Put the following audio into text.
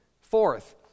Fourth